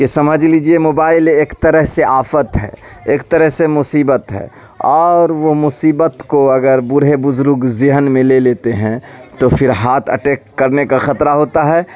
کہ سمجھ لیجیے موبائل ایک طرح سے آفت ہے ایک طرح سے مصیبت ہے اور وہ مصیبت کو اگر بوڑھے بزرگ ذہن میں لے لیتے ہیں تو پھر ہات اٹیک کرنے کا خطرہ ہوتا ہے